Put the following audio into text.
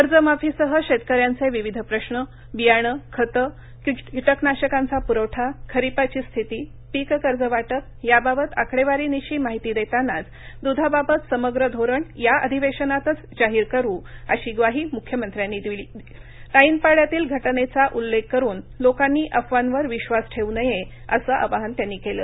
कर्जमाफीसह शेतकऱ्यांचे विविध प्रश्न बियाणे खते कीटकनाशकांचा पुरवठा खरिपाची स्थिती पीककर्जवाटप याबाबत आकडेवारीनिशी माहिती देतानाच दुघाबाबत समग्र धोरण या अधिवेशनातच जाहीर करू अशी ग्वाही मुख्यमंत्र्यांनी दिली राईनपाख्यातील घटनेचा उल्लेख करून लोकांनी अफवांवर विश्वास ठेऊ नये असं आवाहन त्यांनी केलं